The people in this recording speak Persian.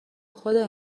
خدای